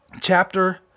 chapter